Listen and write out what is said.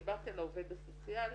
דיברתי על העובד הסוציאלי,